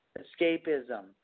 escapism